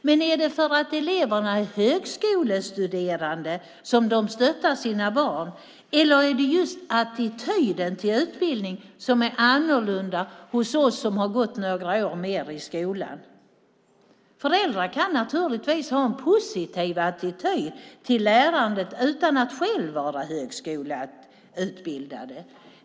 Men är det för att föräldrarna är högskoleutbildade som de stöttar sina barn? Eller är det just attityden till utbildning som är annorlunda hos oss som har gått några år mer i skolan? Föräldrar kan naturligtvis ha en positiv attityd till lärandet utan att själva vara högskoleutbildade.